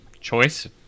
choice